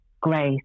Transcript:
grace